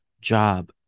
job